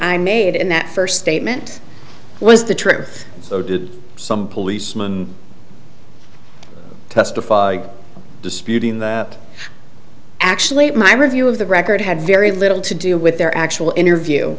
i made in that first statement was the trigger so did some policeman testifying disputing that actually my review of the record had very little to do with their actual interview